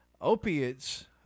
Opiates